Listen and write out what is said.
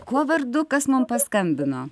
kuo vardu kas man paskambino